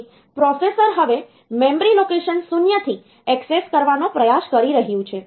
પછી પ્રોસેસર હવે memory location 0 થી એક્સેસ કરવાનો પ્રયાસ કરી રહ્યું છે